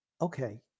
Okay